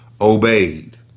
obeyed